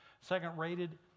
second-rated